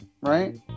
right